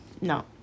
no